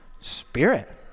spirit